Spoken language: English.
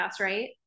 right